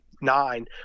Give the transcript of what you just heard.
nine